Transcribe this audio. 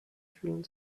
fühlen